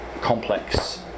complex